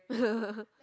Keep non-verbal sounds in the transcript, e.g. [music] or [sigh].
[laughs]